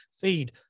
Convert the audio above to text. feed